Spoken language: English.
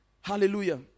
Hallelujah